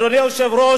אדוני היושב-ראש,